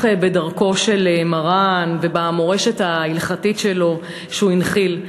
בדרכו של מרן ובמורשת ההלכתית שהוא הנחיל.